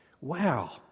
Wow